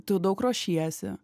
tu daug ruošiesi